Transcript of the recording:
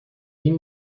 این